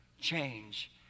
change